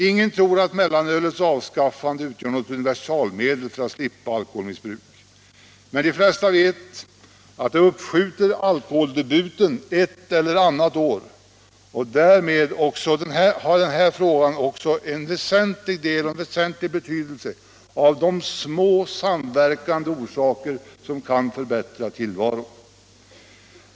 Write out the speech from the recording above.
Ingen tror att mellanölets avskaffande utgör något universalmedel för att slippa alkoholmissbruk, men de flesta vet att det uppskjuter alkoholdebuten ett eller annat år, och därmed är den frågan också en väsentlig del av de små samverkande orsaker som kan förbättra tillvaron.